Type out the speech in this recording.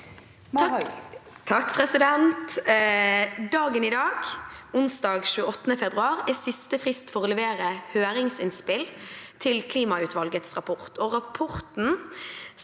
(R) «Dagen i dag, onsdag 28. februar, er siste frist for å levere høringsinnspill til Klimautvalgets rapport. Rapporten